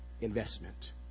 investment